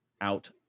out